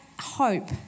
hope